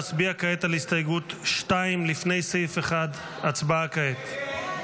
נצביע כעת על הסתייגות 2, לפני סעיף 1. הצבעה כעת.